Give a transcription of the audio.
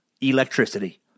electricity